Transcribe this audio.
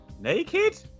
Naked